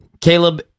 Caleb